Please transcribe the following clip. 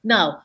Now